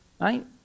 right